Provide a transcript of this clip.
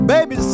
Baby